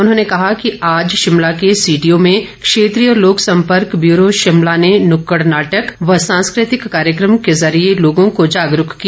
उन्होंने कहा कि आज शिमला के सीटीओ में क्षेत्रीय लोक संपर्क ब्यूरो शिमला ने नुक्कड़ नाटक व सांस्कृतिक कार्यक्रम के ज़रिए लोगों को जागरूक किया